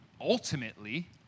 ultimately